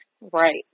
Right